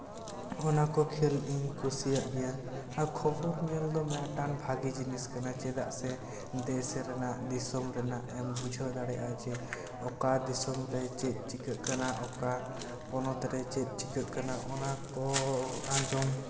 ᱚᱱᱟ ᱠᱚ ᱠᱷᱮᱞ ᱤᱧ ᱠᱩᱥᱤᱭᱟᱜ ᱜᱮᱭᱟ ᱟᱨ ᱠᱷᱚᱵᱚᱨ ᱧᱮᱞᱫᱚ ᱢᱤᱫᱴᱟᱝ ᱵᱷᱟᱜᱮ ᱡᱤᱱᱤᱥ ᱠᱟᱱᱟ ᱪᱮᱫᱟᱜ ᱥᱮ ᱫᱮᱥ ᱨᱮᱱᱟᱜ ᱫᱤᱥᱚᱢ ᱨᱮᱱᱟᱜ ᱵᱩᱡᱷᱟᱹᱣ ᱫᱟᱲᱮᱭᱟᱜᱼᱟ ᱡᱮ ᱚᱠᱟ ᱫᱤᱥᱚᱢ ᱨᱮ ᱪᱮᱫ ᱪᱤᱠᱟᱹᱜ ᱠᱟᱱᱟ ᱚᱠᱟ ᱯᱚᱱᱚᱛ ᱨᱮ ᱪᱮᱫ ᱪᱤᱠᱟᱹᱜ ᱠᱟᱱᱟ ᱚᱱᱟ ᱠᱚ ᱟᱸᱡᱚᱢ